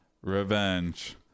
revenge